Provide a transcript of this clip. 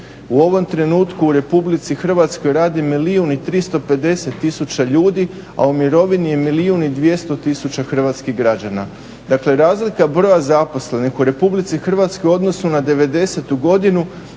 U ovom trenutku u Republici Hrvatskoj radi milijun i 350 tisuća ljudi, a u mirovini je milijun i 200 tisuća hrvatskih građana. Dakle, razlika broja zaposlenih u Republici Hrvatskoj u odnosu na devedesetu